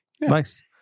nice